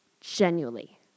genuinely